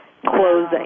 closing